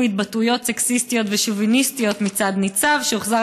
התבטאויות סקסיסטיות ושוביניסטיות מצד ניצב שהוחזר